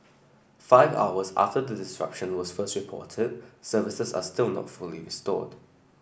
five hours after the disruption was first reported services are still not fully restored